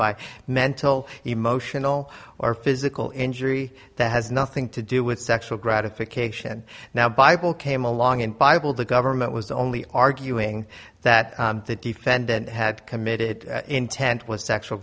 by mental emotional or physical injury that has nothing to do with sexual gratification now bible came along and bible the government was only arguing that the defendant had committed intent was sexual